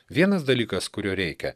vienas dalykas kurio reikia